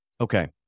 Okay